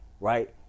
right